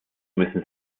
müssen